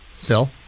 Phil